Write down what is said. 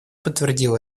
подтвердил